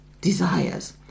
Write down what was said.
desires